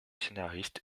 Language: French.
scénariste